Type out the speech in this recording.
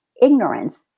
ignorance